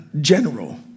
general